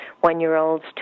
one-year-olds